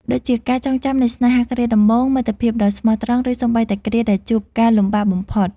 ដូចជាការចងចាំនៃស្នេហាគ្រាដំបូង មិត្តភាពដ៏ស្មោះត្រង់ ឬសូម្បីតែគ្រាដែលជួបការលំបាកបំផុត។